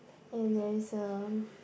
and there is a